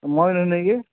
ಮಾವಿನ ಹಣ್ ಹೇಗೆ